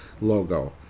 logo